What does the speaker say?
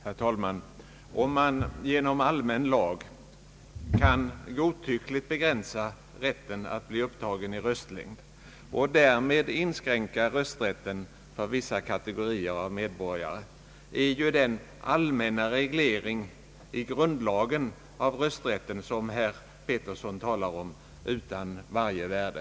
Herr talman! Om man genom allmän lagstiftning godtyckligt kan begränsa rätten att bli upptagen i röstlängd och därmed inskränka rösträtten för vissa kategorier av medborgare, är ju den allmänna regleringen i grundlagen av rösträtten, som herr Georg Pettersson talar om, utan varje värde.